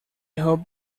hope